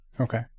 Okay